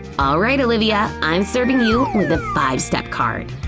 alright olivia, i'm serving you with the five step card.